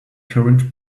current